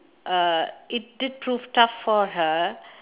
uh it did proved tough for her